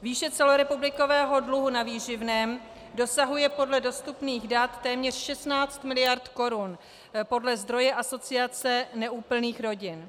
Výše celorepublikového dluhu na výživném dosahuje podle dostupných dat téměř 16 mld. korun podle zdroje Asociace neúplných rodin.